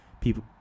people